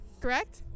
correct